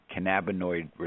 cannabinoid